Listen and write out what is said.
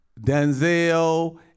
Denzel